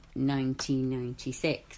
1996